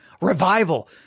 Revival